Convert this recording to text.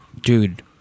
dude